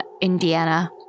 Indiana